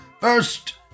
first